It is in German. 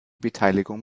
beteiligung